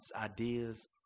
ideas